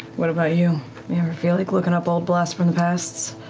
what about you? you ever feel like looking up old blast from the pasts?